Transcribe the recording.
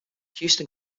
houston